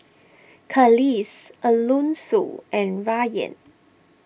Kelis Alonso and Rayan